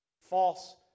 false